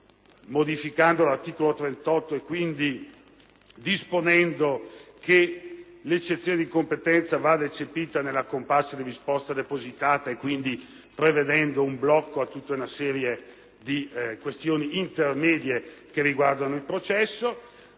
con l'articolo 38 che l'eccezione di incompetenza vada eccepita nella comparsa di risposta depositata e quindi prevedendo un blocco a tutta una serie di questioni intermedie che riguardano il processo.